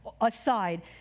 aside